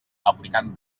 aplicant